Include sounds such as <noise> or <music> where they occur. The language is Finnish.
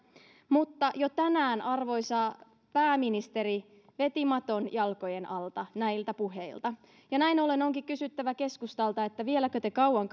mutta jo tänään arvoisa pääministeri veti maton jalkojen alta näiltä puheilta ja näin ollen onkin kysyttävä keskustalta että vieläkö te kauan <unintelligible>